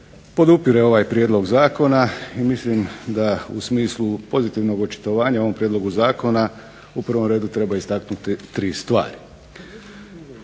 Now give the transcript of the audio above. podupire ovaj prijedlog zakona i mislim da u smislu pozitivnom očitovanja u ovom prijedlogu zakona u prvom redu treba istaknuti tri stvari.